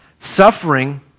suffering